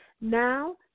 Now